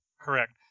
Correct